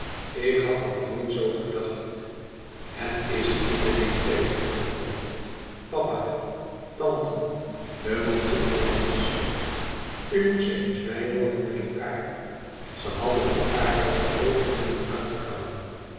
ik had dat nooit zoo gedacht het is iedereen tegengevallen papa tante de monsignore's u moest ze eens bijwonen met elkaâr ze hadden elkaâr wel de oogen willen